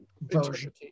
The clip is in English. version